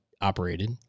operated